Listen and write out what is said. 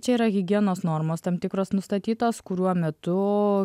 čia yra higienos normos tam tikros nustatytos kuriuo metu